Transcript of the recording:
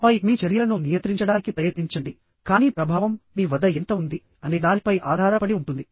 ఆపై మీ చర్యలను నియంత్రించడానికి ప్రయత్నించండి కానీ ప్రభావం మీ వద్ద ఎంత ఉంది అనే దానిపై ఆధారపడి ఉంటుంది